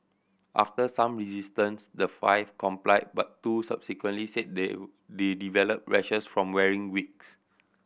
after some resistance the five complied but two subsequently said they they developed rashes from wearing wigs